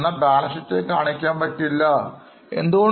എന്നാൽ Balance sheet ൽ കാണിക്കാൻ പറ്റുമോകാണിക്കാൻ പറ്റുമോ